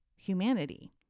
humanity